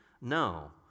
No